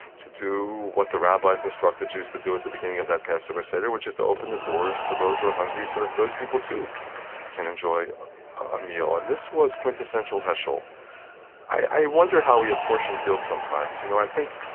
to do what the rabbis instructed jews to do at the beginning of that passover seder, which is to open the doors to those who are hungry so that those people too can enjoy a meal. and this was quintessential heschel i wonder how we apportion guilt sometimes. you know i think,